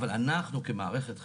אבל, אנחנו כמערכת חינוך,